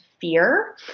fear